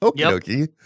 Okay